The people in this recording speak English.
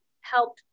help